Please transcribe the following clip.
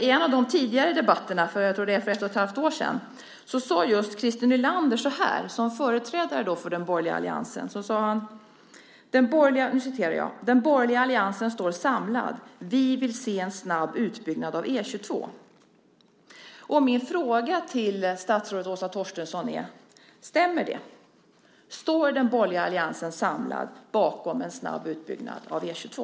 I en av de tidigare debatterna - jag tror att det var för ett och ett halvt år sedan - sade just Christer Nylander, som företrädare för den borgerliga alliansen, så här: "Den borgerliga alliansen står samlad. Vi vill se en snabb utbyggnad av E 22." Min fråga till statsrådet Åsa Torstensson är: Stämmer det? Står den borgerliga alliansen samlad bakom en snabb utbyggnad av E 22?